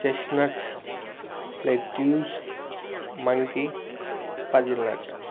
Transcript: chestnuts lettuce monkey puzzle nut